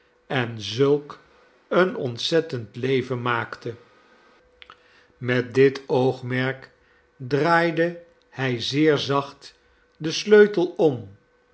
en zulk een ontzettend leven maakte met dit oogmerk draaide hij zeer zacht den sleutel om